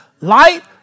Light